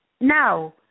No